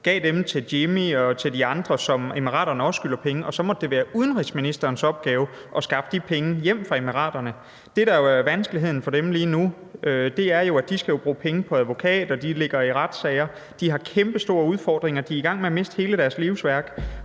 andre, som De Forenede Arabiske Emirater også skylder penge, og så måtte det være udenrigsministerens opgave at skaffe de penge hjem fra De Forenede Arabiske Emirater. Det, der jo er vanskeligheden for dem lige nu, er, at de skal bruge penge på advokater, de ligger i retssager, de har kæmpestore udfordringer, og de er i gang med at miste hele deres livsværk,